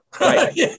Right